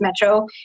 metro